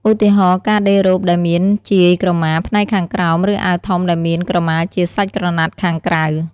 ឧទាហរណ៍ ការដេររ៉ូបដែលមានជាយក្រមាផ្នែកខាងក្រោម ឬអាវធំដែលមានក្រមាជាសាច់ក្រណាត់ខាងក្រៅ។